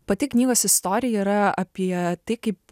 pati knygos istorija yra apie tai kaip